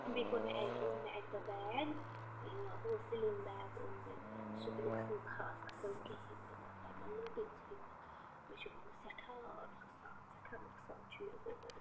بیٚیہِ کوٚر مےٚ اوٚن مےٚ اکہِ دۄہ بیگ ہُہ سِلنٛگ بیگ اوٚن مےٚ سُہ تہِ اوس نہٕ خاص اصٕل کِہیٖنۍ تہِ تتھ آے مےٚ لٔنٛڈٕے ژیٚنِتھ مےٚ چھُ گوٚمُت سٮ۪ٹھاہ نۄقصان سٮ۪ٹھاہ نۄقصان چھُ مےٚ گوٚمُت